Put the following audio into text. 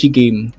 game